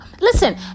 Listen